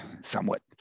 somewhat